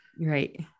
Right